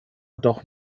doch